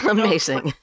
amazing